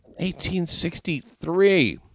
1863